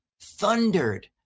thundered